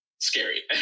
scary